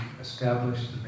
established